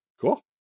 Cool